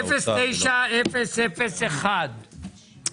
פנייה 09001 פנייה 09001,